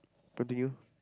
point to you